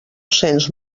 cents